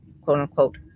quote-unquote